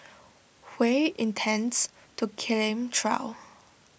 Hui intends to claim trial